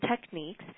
techniques